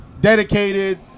dedicated